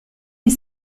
est